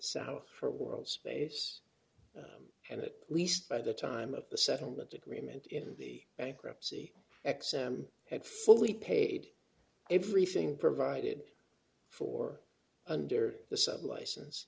south for world space and it least by the time of the settlement agreement into the bankruptcy xom had fully paid everything provided for under the seven license